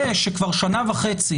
זה שכבר שנה וחצי